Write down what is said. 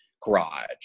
garage